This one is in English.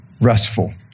restful